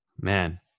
Man